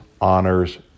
honors